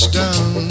down